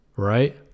Right